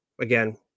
again